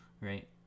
right